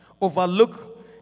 overlook